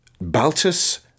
Baltus